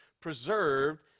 preserved